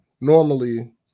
normally